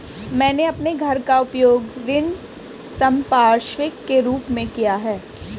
मैंने अपने घर का उपयोग ऋण संपार्श्विक के रूप में किया है